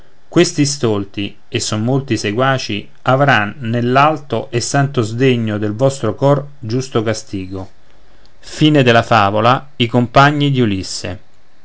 questi stolti e sono molti i seguaci avran nell'alto e santo sdegno del vostro cor giusto castigo e